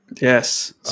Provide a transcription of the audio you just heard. Yes